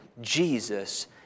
Jesus